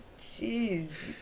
Jeez